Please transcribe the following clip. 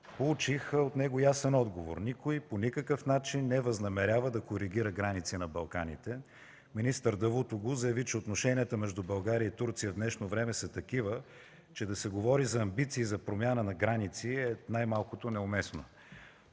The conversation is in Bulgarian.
получих от него ясен отговор – никой, по никакъв начин не възнамерява да коригира граници на Балканите. Министър Давутоглу заяви, че отношенията между България и Турция в днешно време са такива, че да се говори за амбиции за промяна на граници е най-малкото неуместно,